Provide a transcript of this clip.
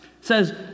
says